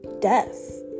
death